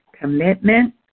Commitment